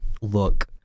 look